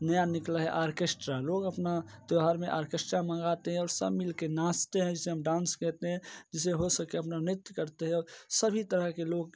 नया निकला है आर्केस्ट्रा लोग अपना त्योहार में आर्केस्ट्रा मंगाते हैं और सब मिल कर नाचते हैं जिसे हम डांस कहते हैं जिसे हो सके अपना नृत्य करते हैं सभी तरह के लोग